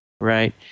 Right